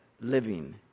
living